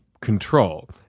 control